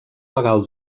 legal